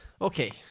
Okay